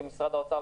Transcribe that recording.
כמשרד האוצר,